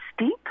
steep